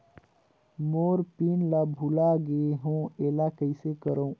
मोर pin ला भुला गे हो एला कइसे करो?